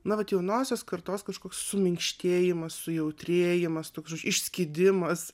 na vat jaunosios kartos kažkoks suminkštėjimas sujautrėjimas toks išskydimas